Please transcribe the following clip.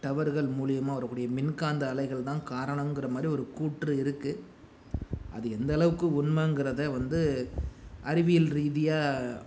டவர்கள் மூலிமா வரக்கூடிய மின்காந்த அலைகள் தான் காரணங்கிற மாதிரி ஒரு கூற்று இருக்குது அது எந்தளவுக்கு உண்மைங்கிறத வந்து அறிவியல் ரீதியாக